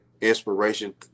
inspiration